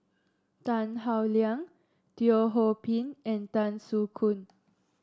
Tan Howe Liang Teo Ho Pin and Tan Soo Khoon